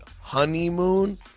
honeymoon